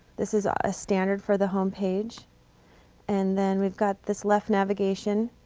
this is ah a standard for the homepage and then we've got this left navigation,